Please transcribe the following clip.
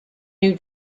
new